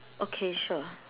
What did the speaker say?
okay sure